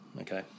Okay